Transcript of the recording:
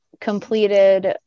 completed